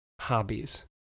hobbies